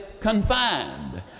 confined